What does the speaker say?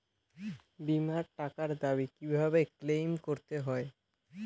বিমার টাকার দাবি কিভাবে ক্লেইম করতে হয়?